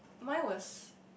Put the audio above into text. mine was